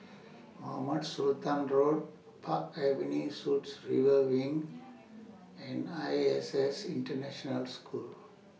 Mohamed Sultan Road Park Avenue Suites River Wing and I S S International School